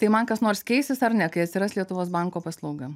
tai man kas nors keisis ar ne kai atsiras lietuvos banko paslauga